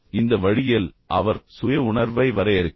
இந்த வழியில் அவர் சுய உணர்வை வரையறுக்கிறார்